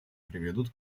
приведут